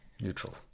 neutral